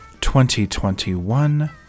2021